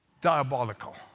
Diabolical